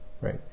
right